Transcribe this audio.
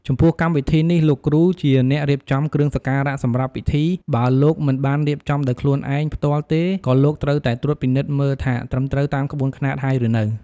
ចំពោះកម្មវិធីនេះលោកគ្រូជាអ្នករៀបចំគ្រឿងសក្ការៈសម្រាប់ពិធី បើលោកមិនបានរៀបចំដោយខ្លួនឯងផ្ទាល់ទេក៏លោកត្រូវតែត្រួតពិនិត្យមើលថាត្រឹមត្រូវតាមក្បួនខ្នាតហើយឬនៅ។